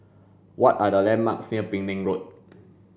what are the landmarks near Penang Road